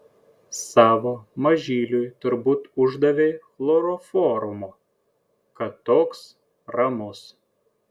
savo mažyliui turbūt uždavei chloroformo kad toks ramus